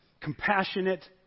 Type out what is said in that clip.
compassionate